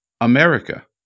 America